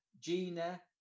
Gina